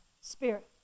spirit